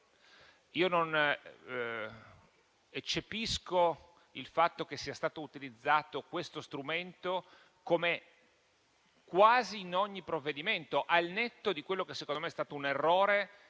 Io non eccepisco il fatto che sia stato utilizzato questo strumento, come quasi in ogni provvedimento, al netto di quello che secondo me è stato un errore,